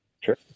sure